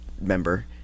member